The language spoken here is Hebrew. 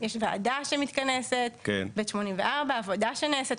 ועדה שמתכנסת, ב/84, עבודה שנעשית.